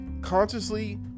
consciously